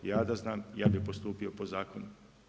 Ja da znam, ja bi postupio po zakonu.